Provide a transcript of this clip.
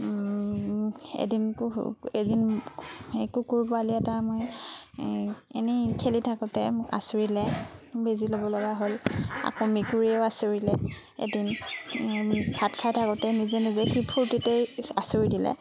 এদিন কুকু এদিন এই কুকুৰ পোৱালি এটা মই এনেই খেলি থাকোঁতে মোক আঁচুৰিলে বেজি ল'ব লগা হ'ল আকৌ মেকুৰীয়েও আঁচুৰিলে এদিন ভাত খাই থাকোঁতে নিজে নিজে সি ফুৰ্তিতেই আঁচুৰি দিলে